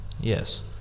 Yes